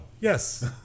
yes